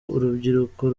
urubyiruko